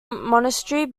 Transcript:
monastery